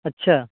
اچھا